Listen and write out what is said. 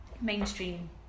mainstream